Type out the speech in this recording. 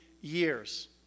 years